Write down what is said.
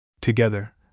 Together